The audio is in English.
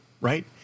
right